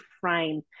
frame